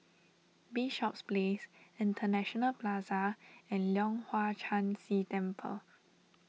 Bishops Place International Plaza and Leong Hwa Chan Si Temple